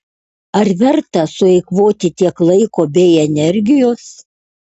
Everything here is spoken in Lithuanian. ar verta sueikvoti tiek laiko bei energijos